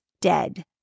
dead